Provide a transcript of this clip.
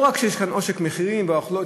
לא רק שיש כאן עושק מחירים והרוכלות,